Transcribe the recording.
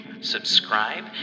subscribe